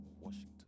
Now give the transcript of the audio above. Washington